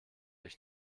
ich